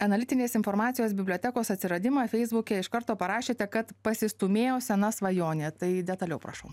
analitinės informacijos bibliotekos atsiradimą feisbuke iš karto parašėte kad pasistūmėjo sena svajonė tai detaliau prašau